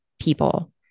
people